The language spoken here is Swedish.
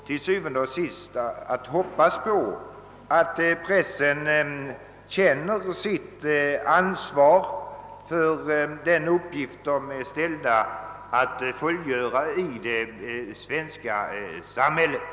Til syvende og sidst måste vi hoppas att pressen känner sitt ansvar för den uppgift som den har att fullgöra i det svenska samhället.